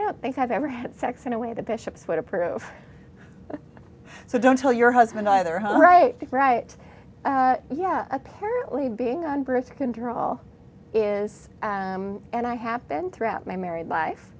don't think i've ever had sex in a way the bishops would approve so don't tell your husband either huh right right yeah apparently being on birth control is and i have been throughout my married life